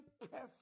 perfect